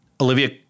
Olivia